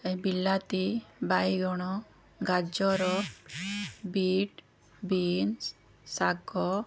ଏ ବିଲାତି ବାଇଗଣ ଗାଜର ବିଟ୍ ବିନ୍ସ ଶାଗ